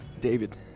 David